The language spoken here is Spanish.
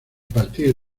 partir